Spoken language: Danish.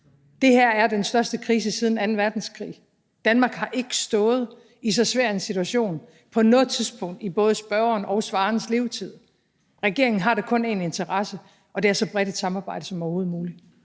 Det her er den største krise siden anden verdenskrig. Danmark har ikke stået i så svær en situation på noget tidspunkt, hverken i spørgerens eller svarerens levetid. Regeringen har da kun én interesse, og det er, at der er så bredt et samarbejde som overhovedet muligt.